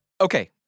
Okay